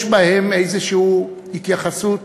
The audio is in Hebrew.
יש בהם איזושהי התייחסות,